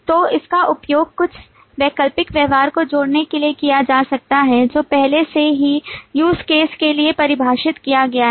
तो इसका उपयोग कुछ वैकल्पिक व्यवहार को जोड़ने के लिए किया जा सकता है जो पहले से ही use caseके लिए परिभाषित किया गया है